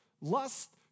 Lust